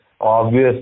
Obvious